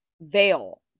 veil